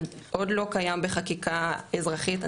זה עוד לא קיים בחקיקה אזרחית,